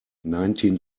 nineteen